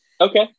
okay